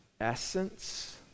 essence